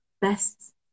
Best